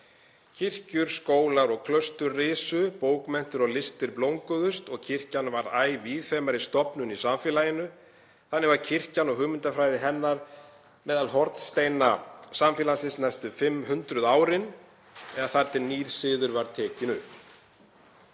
Kirkjur, skólar og klaustur risu, bókmenntir og listir blómguðust og kirkjan varð æ viðameiri stofnun í samfélaginu. Þannig var kirkjan og hugmyndafræði hennar meðal hornsteina samfélagsins næstu fimm hundruð árin, eða þar til nýr siður var tekinn